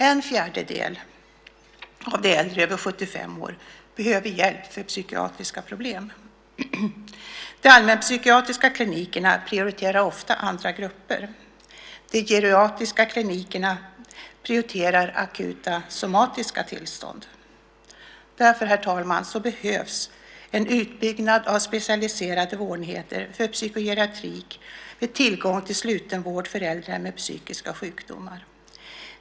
En fjärdedel av de äldre över 75 år behöver hjälp för psykiatriska problem. De allmänpsykiatriska klinikerna prioriterar ofta andra grupper. De geriatriska klinikerna prioriterar akuta somatiska tillstånd. Därför, herr talman, behövs en utbyggnad av specialiserade vårdenheter för psykogeriatrik med tillgång till slutenvård för äldre med psykiska sjukdomar.